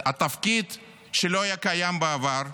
תפקיד שלא היה קיים בעבר,